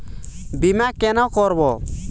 বিমা কেন করব?